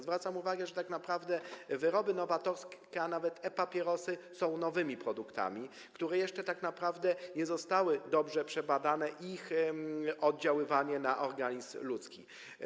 Zwracam uwagę, że tak naprawdę wyroby nowatorskie, a nawet e-papierosy, są nowymi produktami, jeszcze tak naprawdę nie zostało dobrze przebadane ich oddziaływanie na organizm ludzki.